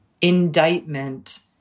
indictment